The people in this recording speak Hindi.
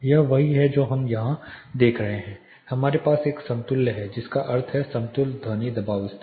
यह वही है जो हम यहां देख रहे हैं हमारे पास एल समतुल्य है जिसका अर्थ है समतुल्य ध्वनि दबाव स्तर